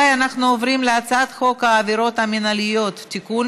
אני קובעת כי הצעת חוק ההגבלים העסקיים (תיקון